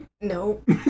Nope